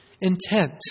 intent